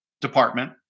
department